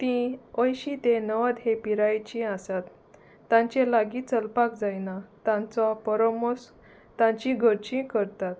तीं अंयशीं ते नवद हे पिरायेची आसात तांचे लागीं चलपाक जायना तांचो परोमोस तांची घरचीं करतात